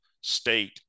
state